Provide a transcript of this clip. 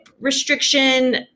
restriction